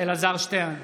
אלעזר שטרן,